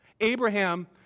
Abraham